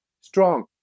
strong